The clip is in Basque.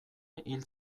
hil